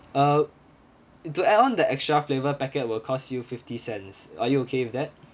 uh to add on the extra flavour packet will cost you fifty cents are you okay with that